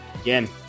Again